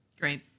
Great